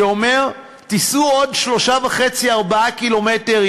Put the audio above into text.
שאומר: תיסעו עוד 3.5 4 קילומטר,